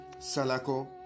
salako